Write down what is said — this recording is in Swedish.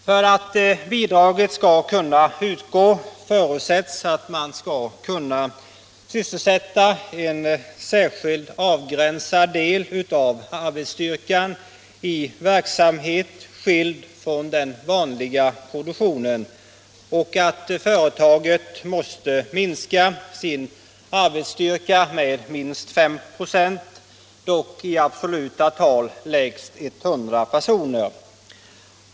För att bidraget skall utgå krävs att man kan sysselsätta en särskild avgränsad del av arbetsstyrkan i verksamhet skild från den vanliga produktionen och att företaget måste minska sin arbetsstyrka med minst 5 96, dock i absoluta tal lägst 100 personer.